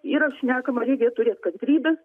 yra šnekama reikia turėt kantrybės